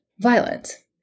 violence